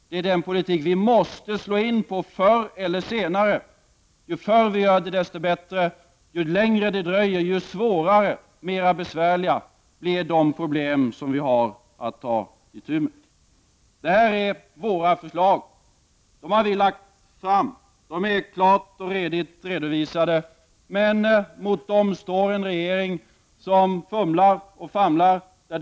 Det är den politik vi måste slå in på förr eller senare. Ju förr vi gör det, desto bättre. Ju längre det dröjer, desto svårare och besvärligare blir de problem som vi har att ta itu med. Det här är våra förslag. Vi har lagt fram dem. De är klart och redigt redovisade. Mot detta står en regering som fumlar och famlar.